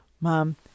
Mom